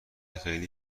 خیلی